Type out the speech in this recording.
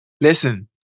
Listen